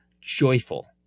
joyful